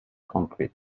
concrete